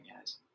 guys